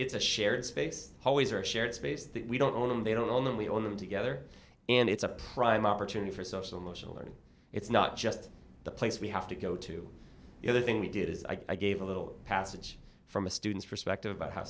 it's a shared space always or shared space that we don't own and they don't that we own them together and it's a prime opportunity for social motion learning it's not just the place we have to go to the other thing we did is i gave a little passage from a student's perspective about how